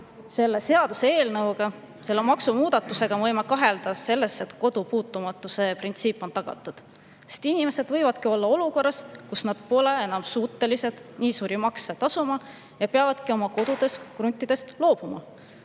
selle seaduseelnõu puhul, selle maksumuudatuse puhul me võime kahelda selles, et kodu puutumatuse printsiip on tagatud. Inimesed võivad sattuda olukorda, kus nad pole enam suutelised nii suuri makse tasuma ja peavadki oma kodudest, kruntidest loobuma.